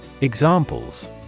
Examples